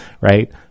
Right